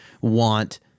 want